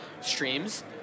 streams